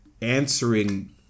answering